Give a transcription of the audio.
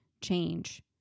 change